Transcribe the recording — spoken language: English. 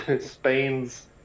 Spain's